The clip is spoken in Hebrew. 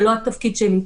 זה לא התפקיד שלו,